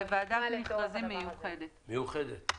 זו ועדת מכרזים מיוחדת לצורך העניין הזה.